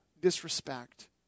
disrespect